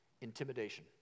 intimidation